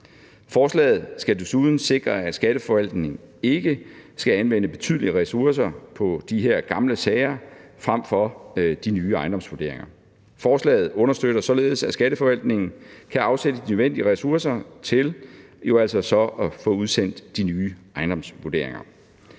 Forslaget skal desuden sikre, at skatteforvaltningen ikke skal anvende betydelige ressourcer på de her gamle sager frem for de nye ejendomsvurderinger. Forslaget understøtter således, at skatteforvaltningen kan afsætte de nødvendige ressourcer til at få udsendt de nye ejendomsvurderinger.